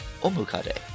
Omukade